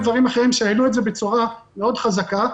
דברים אחרים שהעלו את זה בצורה חזקה מאוד.